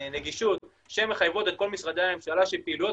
לנגישות שמחייבות את כל משרדי הממשלה שפעילויות